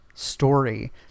Story